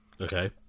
Okay